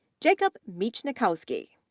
jacob miecznikowski,